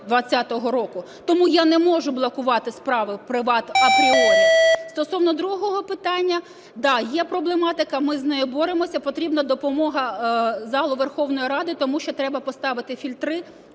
2020 року. Тому я не можу блокувати справи в "Приват" апріорі. Стосовно другого питання, да, є проблематика, ми з нею боремося, потрібна допомога залу Верховної Ради, тому що треба поставити фільтри